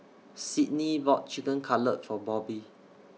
Sydni bought Chicken Cutlet For Bobbie